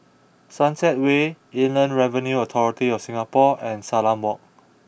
Sunset Way Inland Revenue Authority of Singapore and Salam Walk